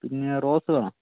പിന്നെ റോസ് വേണോ